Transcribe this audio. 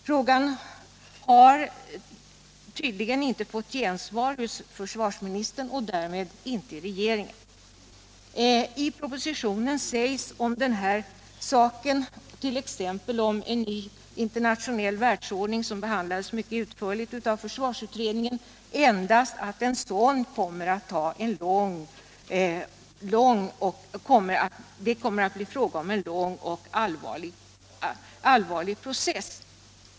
Frågan har tydligen inte fått gensvar hos försvarsministern och därmed inte i regeringen. I propositionen sägs angående en ny internationell ekonomisk världsordning — som behandlats mycket utförligt av försvarsutredningen — endast att det kommer att bli fråga om en lång och allvarlig process.